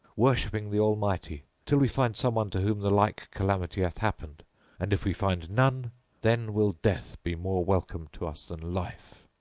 worshipping the almighty till we find some one to whom the like calamity hath happened and if we find none then will death be more welcome to us than life.